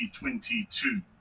2022